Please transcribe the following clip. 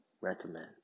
recommend